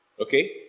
Okay